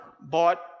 bought